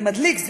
זה מדליק,